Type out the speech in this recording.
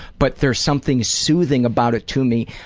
but there's something soothing about it to me,